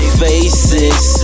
faces